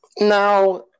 Now